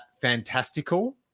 fantastical